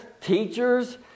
teachers